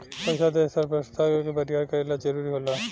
पइसा देश के अर्थव्यवस्था के बरियार करे ला जरुरी होला